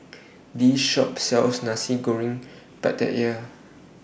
This Shop sells Nasi Goreng Pattaya